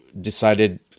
decided